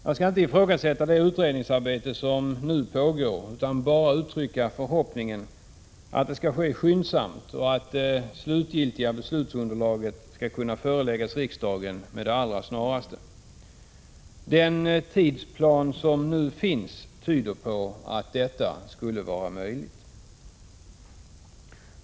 Jag skall inte ifrågasätta det utredningsarbete som nu pågår utan bara uttrycka förhoppningen att det skall ske skyndsamt och att det slutgiltiga beslutsunderlaget skall kunna föreläggas riksdagen med det allra snaraste. Den tidsplan som nu finns tyder på att detta skulle vara möjligt.